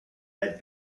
had